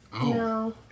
No